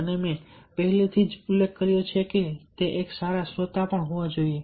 અને મેં પહેલેથી જ ઉલ્લેખ કર્યો છે કે તે એક સારા શ્રોતા પણ હોવા જોઈએ